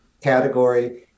category